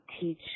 teach